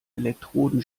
elektroden